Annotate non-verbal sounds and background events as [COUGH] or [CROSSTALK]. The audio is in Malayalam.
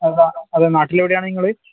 [UNINTELLIGIBLE] അത് നാട്ടിൽ എവിടെയാണ് നിങ്ങൾ